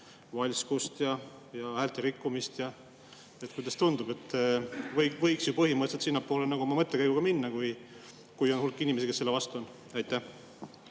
valskust ja häälte rikkumist? Kuidas tundub? Võiks ju põhimõtteliselt sinnapoole nagu oma mõttekäiguga minna, kui on hulk inimesi, kes selle vastu on. Aitäh,